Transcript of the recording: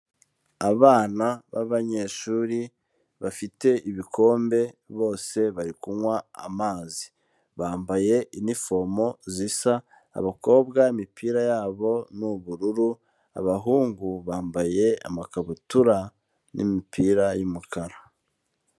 Abana b'abanyeshuri bafite ibikombe bose bari kunywa amazi, bambaye iinifomo zisa, abakobwa imipira yabo ni ubururu, abahungu bambaye amakabutura n'imipira y'umukara.